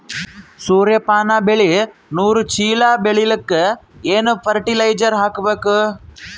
ಸೂರ್ಯಪಾನ ಬೆಳಿ ನೂರು ಚೀಳ ಬೆಳೆಲಿಕ ಏನ ಫರಟಿಲೈಜರ ಹಾಕಬೇಕು?